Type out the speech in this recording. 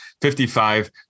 55